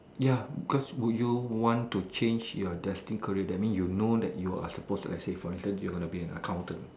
ya because would you want to change your destined career that means you know that you are supposed to actually for instance you're gonna be an accountant